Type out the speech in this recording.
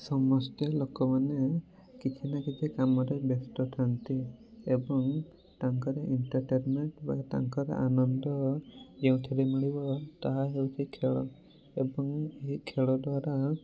ସମସ୍ତେ ଲୋକମାନେ କିଛି ନା କିଛି କାମରେ ବ୍ୟସ୍ତ ଥାଆନ୍ତି ଏବଂ ତାଙ୍କର ଏଣ୍ଟଟେନମେଣ୍ଟ୍ ବା ତାଙ୍କର ଆନନ୍ଦ କେଉଁଥିରେ ମିଳିବ ତାହା ହେଉଛି ଖେଳ ଏବଂ ଏହି ଖେଳ ଦ୍ଵାରା